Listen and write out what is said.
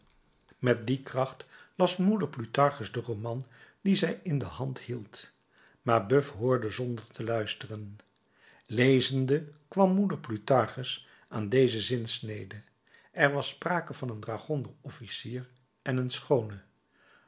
met die kracht las moeder plutarchus den roman dien zij in de hand hield mabeuf hoorde zonder te luisteren lezende kwam moeder plutarchus aan deze zinsnede er was sprake van een dragonderofficier en een schoone